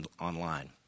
online